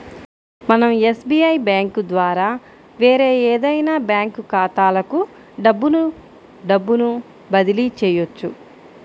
మనం SBI bank ద్వారా వేరే ఏదైనా బ్యాంక్ ఖాతాలకు డబ్బును డబ్బును బదిలీ చెయ్యొచ్చు